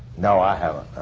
no, i haven't,